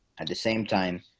at the same time,